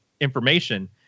information